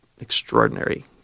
extraordinary